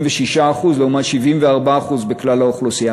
86% לעומת 74% בכלל האוכלוסייה.